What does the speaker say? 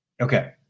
Okay